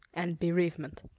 and bereavement.